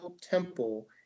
temple